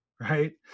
Right